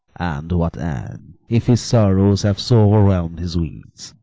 and what an if his sorrows have so overwhelm'd his wits,